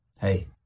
hey